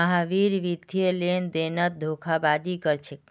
महावीर वित्तीय लेनदेनत धोखेबाजी कर छेक